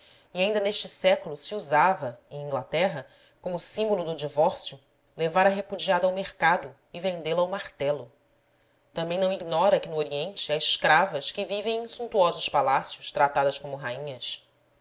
e ainda neste século se usava em inglaterra como símbolo o divórcio levar a repudiada ao mercado e vendê la ao martelo também não ignora que no oriente há escravas que vivem em suntuosos palácios tratadas como rainhas